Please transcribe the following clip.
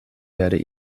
werde